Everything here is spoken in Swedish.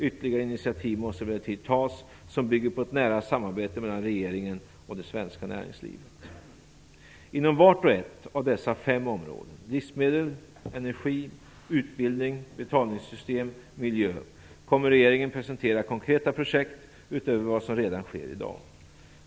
Ytterligare initiativ måste emellertid tas som bygger på ett nära samarbete mellan regeringen och det svenska näringslivet. Inom vart och ett av dessa fem områden, livsmedel, energi, utbildning, betalningssystem och miljö, kommer regeringen att presentera konkreta projekt utöver vad som redan sker i dag.